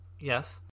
yes